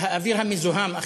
את האוויר המזוהם,